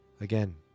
Again